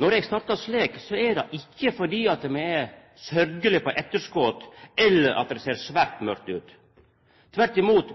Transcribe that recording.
Når eg startar slik, er det ikkje fordi me er sørgjeleg på etterskot, eller at det ser svært mørkt ut – tvert imot.